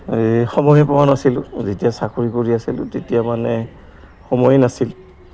এই সময়ে পোৱা নাছিলোঁ যেতিয়া চাকৰি কৰি আছিলোঁ তেতিয়া মানে সময়ে নাছিল